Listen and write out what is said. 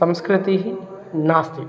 संस्कृतिः नास्ति